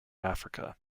africa